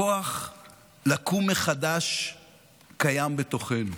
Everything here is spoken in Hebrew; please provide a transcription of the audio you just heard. הכוח לקום מחדש קיים בתוכנו,